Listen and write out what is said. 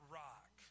rock